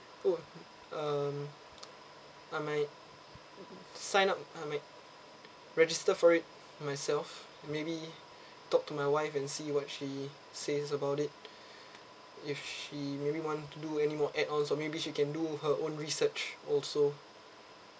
oh um I might sign up I might register for it myself maybe talk to my wife and see what she says about it if she maybe want to do any more add-ons or maybe she can do her own research also